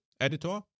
Editor